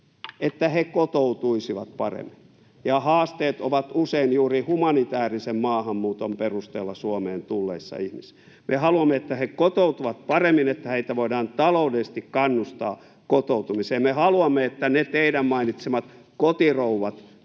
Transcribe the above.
jäädä, kotoutuisivat paremmin. Ja haasteet ovat usein juuri humanitäärisen maahanmuuton perusteella Suomeen tulleissa ihmisissä. Me haluamme, että he kotoutuvat paremmin ja että heitä voidaan taloudellisesti kannustaa kotoutumiseen. Me haluamme, että todellakin myös ne teidän mainitsemanne kotirouvat